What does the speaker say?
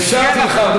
אפשרתי לך,